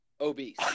obese